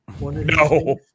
No